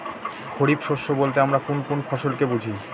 খরিফ শস্য বলতে আমরা কোন কোন ফসল কে বুঝি?